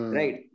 right